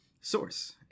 Source